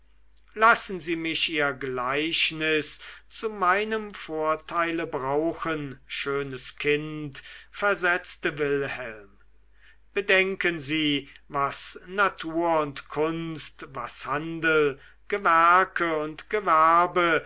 lassen sie mich ihr gleichnis zu meinem vorteile brauchen schönes kind versetzte wilhelm bedenken sie was natur und kunst was handel gewerke und gewerbe